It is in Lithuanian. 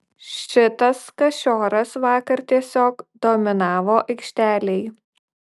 šitas kašioras vakar tiesiog dominavo aikštelėj